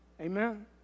Amen